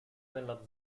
nella